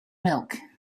milk